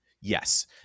yes